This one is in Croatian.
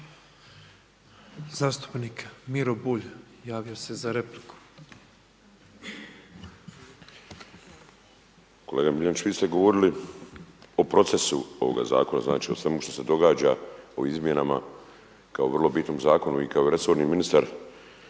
Zastupnik Miro Bulj javio se za repliku. **Bulj, Miro (MOST)** Kolega MIljenić vi ste govorili o procesu ovoga zakona o svemu što se događa, o izmjenama, kao o vrlo bitnom zakonu. Vi kao resorni ministar